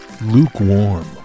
lukewarm